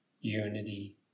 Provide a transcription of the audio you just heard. Unity